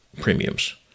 premiums